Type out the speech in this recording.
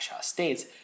states